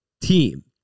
team